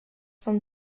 from